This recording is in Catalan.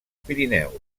pirineus